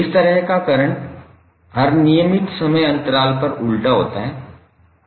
इस तरह का करंट हर नियमित समय अंतराल पर उलटा होता है